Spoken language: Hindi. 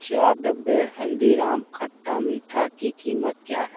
चार डब्बे हल्दीराम खट्टा मीठा की कीमत क्या है